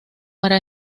para